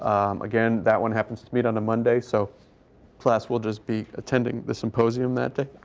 um again, that one happens to meet on a monday. so class will just be attending the symposium that day.